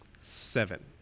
Seven